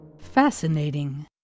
Fascinating